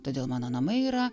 todėl mano namai yra